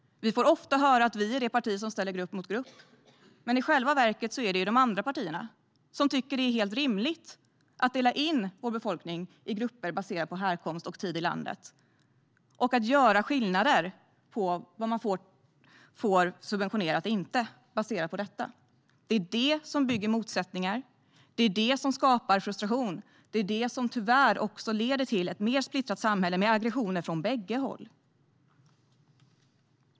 Vi får ofta höra att vi är det parti som ställer grupp mot grupp, men i själva verket är det ju de andra partierna som tycker att det är helt rimligt att dela in vår befolkning i grupper baserat på härkomst och tid i landet och att baserat på detta göra skillnad när det gäller vad som subventioneras och inte. Det är det som bygger motsättningar, skapar frustration och tyvärr leder till ett mer splittrat samhälle med aggressioner från bägge håll.